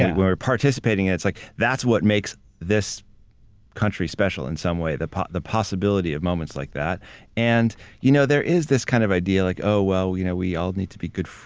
and we're participating. it's like that's what makes this country special in some way. the the possibility of moments like that and you know there is this kind of idea like oh, well, you know, we all need to be good,